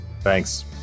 Thanks